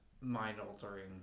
mind-altering